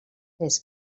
fes